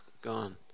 gone